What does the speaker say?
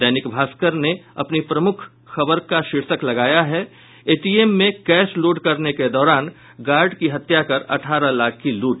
दैनिक भास्कर ने अपनी प्रमुख खबर का शीर्षक लगाया है एटीएम में कैश लोड करने के दौरान गार्ड की हत्या कर अठारह लाख की लूट